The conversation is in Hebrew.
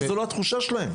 וזו לא התחושה שלהם.